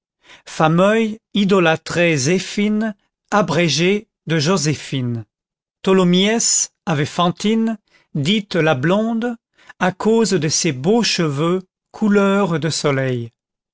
fameuil idolâtrait zéphine abrégé de joséphine tholomyès avait fantine dite la blonde à cause de ses beaux cheveux couleur de soleil